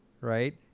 right